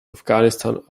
afghanistan